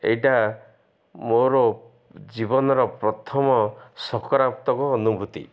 ଏଇଟା ମୋର ଜୀବନର ପ୍ରଥମ ସକରାତ୍ମକ ଅନୁଭୂତି